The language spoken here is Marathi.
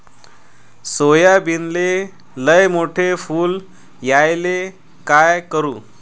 सोयाबीनले लयमोठे फुल यायले काय करू?